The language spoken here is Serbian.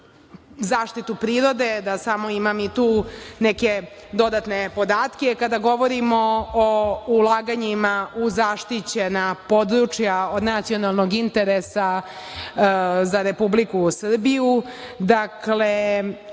zaštitu prirode, da samo imam i tu neke dodatne podatke. Kada govorimo o ulaganjima u zaštićena područja od nacionalnog interesa za Republiku Srbiju,